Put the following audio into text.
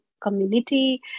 community